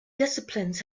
disciplines